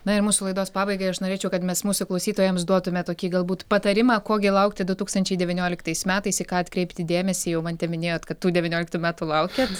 na ir mūsų laidos pabaigai aš norėčiau kad mes mūsų klausytojams duotume tokį galbūt patarimą ko gi laukti du tūkstančiai devynioliktais metais į ką atkreipti dėmesį jau mantė minėjot kad tų devynioliktų metų laukiat